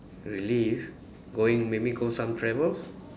relive going maybe go some travels